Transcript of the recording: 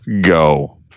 Go